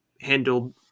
handled